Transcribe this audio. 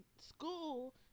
school